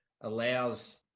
allows